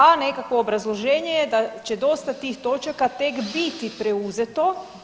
A nekakvo obrazloženje je da će dosta tih točaka tek biti preuzeto.